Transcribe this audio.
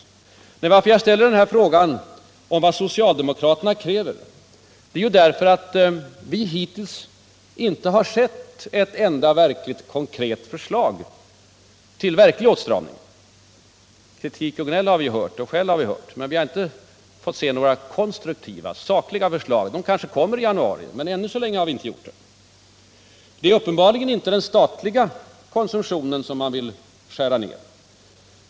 Anledningen till att jag ställer frågan om vad socialdemokraterna kräver är ju att vi hittills inte har sett ett enda konkret förslag på verklig åtstramning. Kritik och gnäll har vi hört. Och skäll har vi hört. Men vi har inte fått se några konstruktiva sakliga förslag. De kanske kommer i januari, men ännu så länge har vi inte sett dem. Det är uppenbarligen inte den statliga konsumtionen som man vill skära ned.